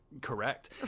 Correct